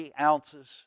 ounces